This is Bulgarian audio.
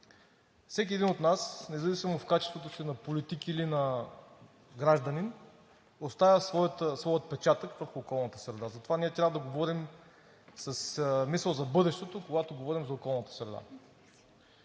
Всеки един от нас, независимо в качеството си на политик или на гражданин, оставя своя отпечатък върху околната среда, затова ние трябва да говорим с мисъл за бъдещето, когато говорим за околната среда.